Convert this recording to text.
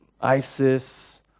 ISIS